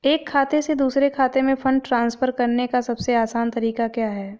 एक खाते से दूसरे खाते में फंड ट्रांसफर करने का सबसे आसान तरीका क्या है?